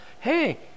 Hey